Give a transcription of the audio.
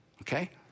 Okay